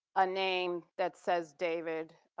a name that says david,